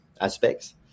aspects